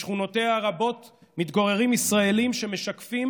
בשכונותיה הרבות מתגוררים ישראלים שמשקפים